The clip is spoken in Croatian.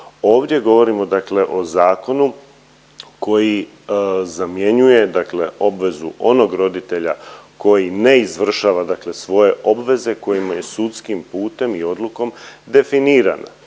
Ovdje govorimo o zakonu koji zamjenjuje obvezu onog roditelja koji ne izvršava svoje obveze kojima je sudskim putem i odlukom definirana.